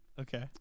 Okay